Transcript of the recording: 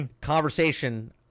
conversation